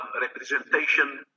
representation